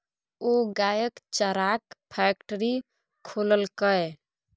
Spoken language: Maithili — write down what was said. ओ गायक चाराक फैकटरी खोललकै